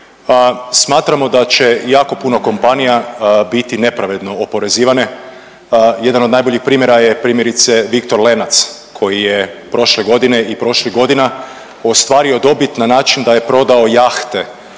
Smatramo da će jako puno kompanija biti nepravedno oporezivane. Jedan od najboljih primjera je primjerice Viktor Lenac koji je prošle godine i prošlih godina ostvario dobit na način da je prodao jahte